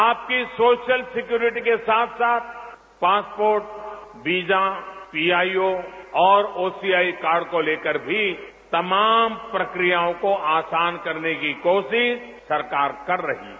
आपकी social security के साथ साथ पासपोर्ट वीजा पीआईओ और ओसीआई कार्ड को लेकर भी तमाम प्रक्रियाओं को आसान करने की कोशिश सरकार कर रही है